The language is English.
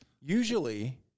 usually